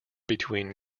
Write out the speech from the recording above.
between